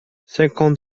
cinquante